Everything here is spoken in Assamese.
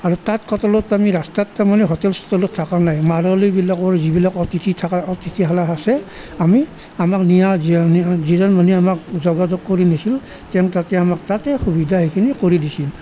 আৰু তাত কটালত আমি ৰাস্তাত তাৰমানে হোটেল চোটেলত থাকা নাই মাৰোৱাড়ীবিলাকৰ যিবিলাক অতিথি থাকাৰ অতিথিশালা আছে আমি আমাক নিয়া যি যিজন মানুহে আমাক যোগাযোগ কৰি নিছিল তেওঁ তাতে আমাক তাতে সুবিধা সেইখিনি কৰি দিছিল